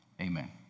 amen